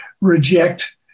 reject